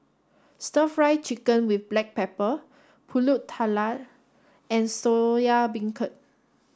stir fry chicken with black pepper Pulut Tatal and Soya Beancurd